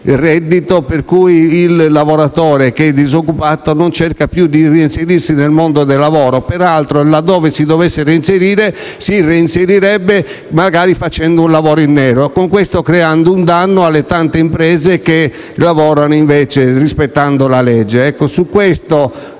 di reddito per cui la persona disoccupata non cerca più di reinserirsi nel mondo del lavoro. Peraltro, laddove si dovesse reinserire, lo farebbe magari svolgendo lavoro in nero, con questo creando un danno alle tante imprese che lavorano rispettando la legge.